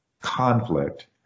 conflict